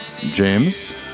James